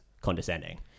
condescending